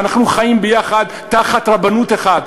שאנחנו חיים יחד תחת רבנות אחת,